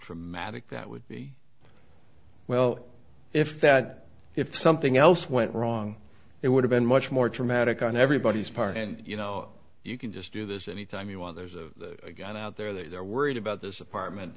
traumatic that would be well if that if something else went wrong it would have been much more traumatic on everybody's part and you know you can just do this any time you want there's a gun out there they're worried about this apartment